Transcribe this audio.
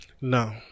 No